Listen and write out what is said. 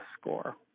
score